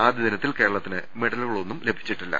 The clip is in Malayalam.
ആദ്യ ദിനത്തിൽ കേരളത്തിന് മെഡലുകളൊന്നും ലഭിച്ചിട്ടില്ല